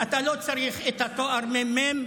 אתה לא צריך את התואר מ"מ.